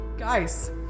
Guys